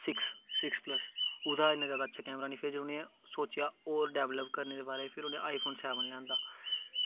six plus ओह्दा इन्ना जैदा अच्छा कैमरा नी उ'नें फिर सोचेआ उ'नें होर डैबलप करने दे बोरे च उ'नें फिर आई फोन सैवन लेआंदा